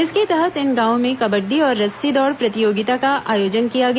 इसके तहत इन गांवों में कबड़डी और रस्सी दौड़ प्रतियोगिता का आयोजन किया गया